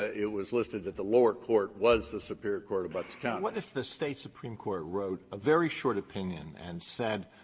ah it was listed that the lower court was the superior court of butts county. alito what if the state supreme court wrote a very short opinion and said,